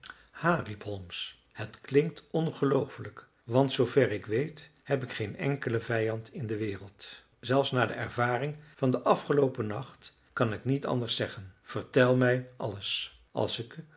riep holmes het klinkt ongelooflijk want zoover ik weet heb ik geen enkelen vijand in de wereld zelfs na de ervaring van den afgeloopen nacht kan ik niet anders zeggen vertel mij alles als ik